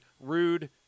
rude